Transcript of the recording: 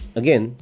again